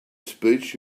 speech